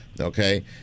okay